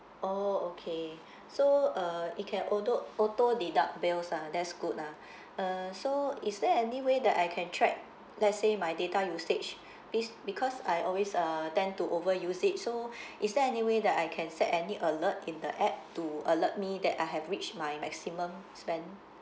oh okay so uh it can auto auto deduct bills ah that's good ah uh so is there any way that I can track let's say my data usage this because I always uh tend to overuse it so is there any way that I can set any alert in the app to alert me that I have reached my maximum spend